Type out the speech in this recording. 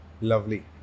Lovely